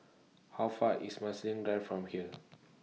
How Far IS Marsiling Drive from here